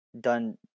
done